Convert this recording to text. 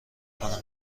کنم